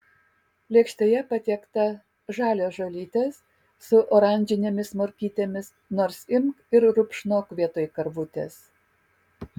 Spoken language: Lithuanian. lėkštėje patiekta žalios žolytės su oranžinėmis morkytėmis nors imk ir rupšnok vietoj karvutės